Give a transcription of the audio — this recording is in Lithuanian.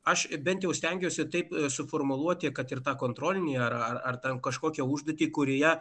aš bent jau stengiuosi taip suformuluoti kad ir tą kontrolinį ar ar tam kažkokią užduotį kurioje